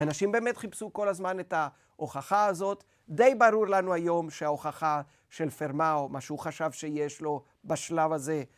‫אנשים באמת חיפשו כל הזמן ‫את ההוכחה הזאת. ‫די ברור לנו היום שההוכחה של פרמאו, ‫מה שהוא חשב שיש לו בשלב הזה